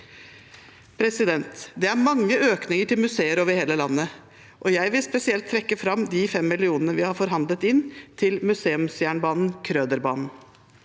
Det er mange økninger til museer over hele landet, og jeg vil spesielt trekke fram de fem millionene vi har forhandlet inn til museumsjernbanen Krøderbanen.